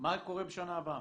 מה קורה בשנה הבאה?